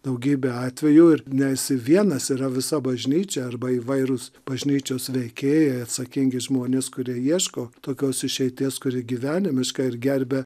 daugybę atvejų ir nesi vienas yra visa bažnyčia arba įvairūs bažnyčios veikėjai atsakingi žmonės kurie ieško tokios išeities kuri gyvenimiška ir gerbia